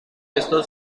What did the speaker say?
esto